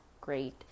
great